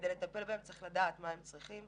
כדי לטפל בהם צריך לדעת מה הם צריכים.